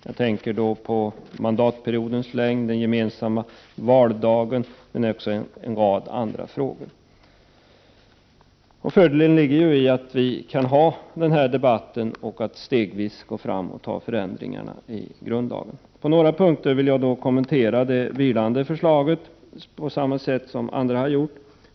Jag tänker på frågor som mandatperiodens längd, den gemensamma valdagen och ett antal andra frågor. Det är en fördel att vi kan föra dessa debatter och stegvis vidta förändringar i grundlagen. På några punkter skall jag i likhet med andra talare kommentera det vilande förslaget.